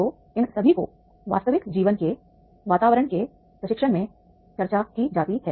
तो इन सभी को वास्तविक जीवन के वातावरण के प्रशिक्षण में चर्चा की जाती है